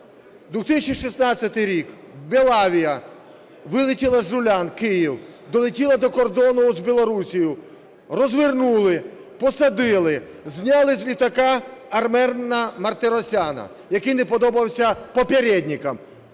2016 рік: "Белавіа" вилетіла з "Жулян", Київ, долетіла до кордону з Білоруссю, розвернули, посадили, зняли з літака Армена Мартиросяна, який не подобався "попєрєднікам".